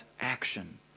action